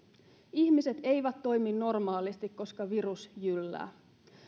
ihmiset eivät toimi normaalisti koska virus jyllää